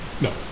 No